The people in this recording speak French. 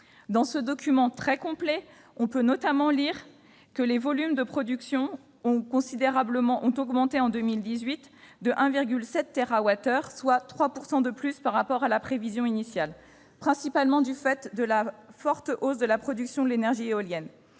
Dans ce document très complet, on peut notamment lire que les volumes de production ont augmenté, en 2018, de 1,7 térawattheure, soit 3 % de plus que la prévision initiale, principalement du fait de la forte hausse de la production de l'énergie éolienne.